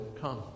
come